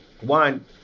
One